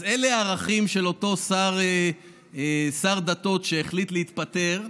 אז אלו הערכים של אותו שר דתות שהחליט להתפטר,